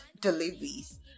deliveries